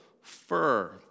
fur